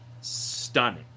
stunning